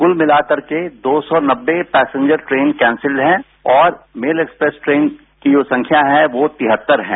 कुल मिला करके दो सौ नब्बे पैसेंजर ट्रेन कैंसिल हैं और मेल एक्सप्रेस ट्रेन की जो संख्या है वो तिहत्तर हैं